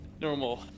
Normal